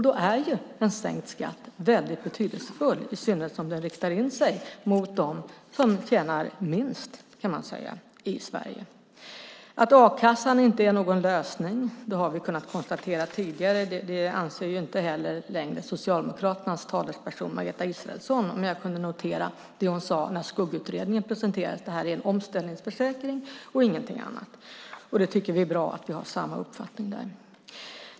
Då är en sänkt skatt väldigt betydelsefull, i synnerhet som den riktar in sig på dem som tjänar minst i Sverige. Att a-kassan inte är någon lösning har vi kunnat konstatera tidigare. Det anser inte heller längre Socialdemokraternas talesperson Margareta Israelsson, kunde jag notera i det hon sade när skuggutredningen presenterades: Det här är en omställningsförsäkring och ingenting annat. Vi tycker att det är bra att vi har samma uppfattning om detta.